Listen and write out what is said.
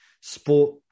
Sport